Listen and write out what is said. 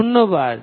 ধন্যবাদ